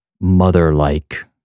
mother-like